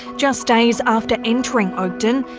just days after entering oakden,